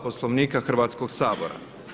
Poslovnika Hrvatskoga sabora.